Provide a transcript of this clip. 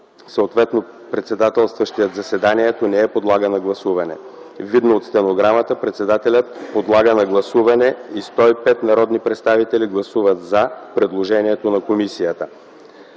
съответно председателстващият заседанието не я подлага на гласуване. Видно от стенограмата, председателят подлага на гласуване и 105 народни представители гласуват „за” предложението на комисията.